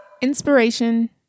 Inspiration